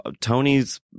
Tony's